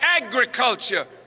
Agriculture